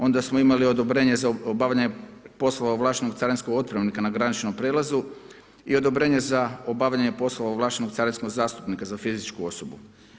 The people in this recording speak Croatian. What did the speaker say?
Onda smo imali odobrenje za obavljanje poslova ovlaštenog carinskog otpremnika na graničnom prijelazu i odobrenje za obavljanje poslova ovlaštenog carinskog zastupnika za fizičku osobu.